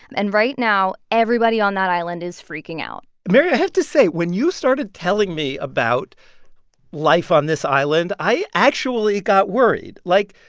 and right now everybody on that island is freaking out mary, i have to say when you started telling me about life on this island, i actually got worried. like,